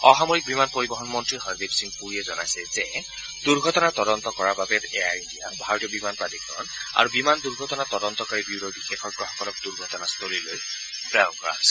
অসামৰিক বিমান পৰিবহণ মন্ত্ৰী হৰদীপ সিং পুৰীয়ে জনাইছে যে দুৰ্ঘটনাৰ তদন্ত কৰাৰ বাবে এয়াৰ ইণ্ডিয়া ভাৰতীয় বিমান প্ৰাধিকৰণ আৰু বিমান দুৰ্ঘটনা তদন্তকাৰী ব্যৰৰ বিশেষজ্ঞাসকলক দুৰ্ঘটনাস্থলীলৈ পঠিওৱা হৈছে